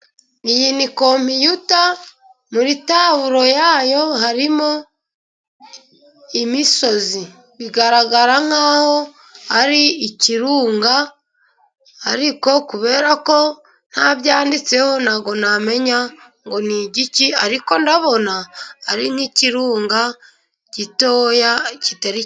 Iyi ni kompiyuta muri taburo yayo harimo imisozi bigaragara nk'aho ari ikirunga, ariko kuberako nta byanditseho ntabwo namenya ngo ni igiki ,ariko ndabona ari nk'ikirunga gitoya kitari ....